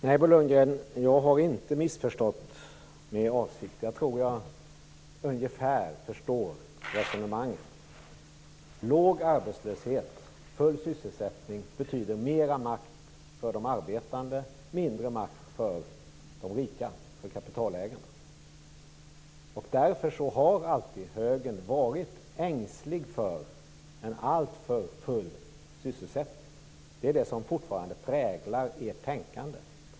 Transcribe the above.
Fru talman! Jag har inte missförstått Bo Lundgren med avsikt. Jag tror att jag förstår resonemanget på ett ungefär. Låg arbetslöshet eller full sysselsättning betyder mera makt för de arbetande och mindre makt för de rika - för kapitalägarna. Därför har högern alltid varit ängslig för en alltför full sysselsättning. Det är det som fortfarande präglar ert tänkande.